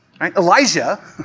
Elijah